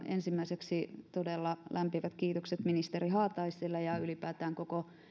ensimmäiseksi todella lämpimät kiitokset ministeri haataiselle ja ylipäätään koko